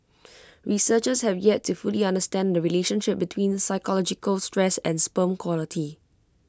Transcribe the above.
researchers have yet to fully understand the relationship between psychological stress and sperm quality